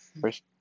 first